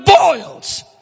boils